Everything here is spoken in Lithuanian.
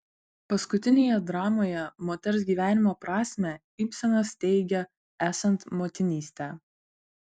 paskutinėje dramoje moters gyvenimo prasmę ibsenas teigia esant motinystę